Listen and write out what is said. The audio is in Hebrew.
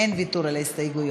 אין ויתור על ההסתייגויות.